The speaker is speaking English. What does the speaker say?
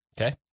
Okay